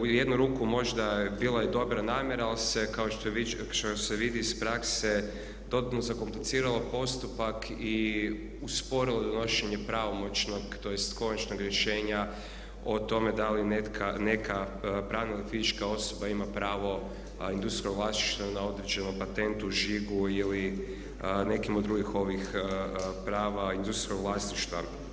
u jednu ruku možda bila i dobra namjera ali se kao što se vidi iz prakse totalno zakompliciralo postupak i usporilo donošenje pravomoćnog tj. konačnog rješenje o tome da li neka pravna ili fizička osoba ima pravo industrijskog vlasništva na određenom patentu, žigu ili nekim od drugih ovih prava industrijskog vlasništva.